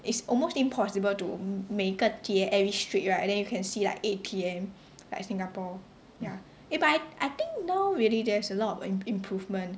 it's almost impossible to 每个街 every street right then you can see like A_T_M like Singapore ya eh but I I think now really there's a lot of an imp~ improvement